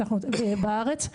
בארץ,